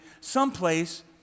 someplace